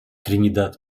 тринидад